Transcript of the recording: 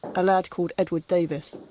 a lad called edward davis.